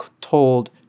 told